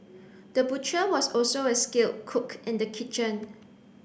the butcher was also a skilled cook in the kitchen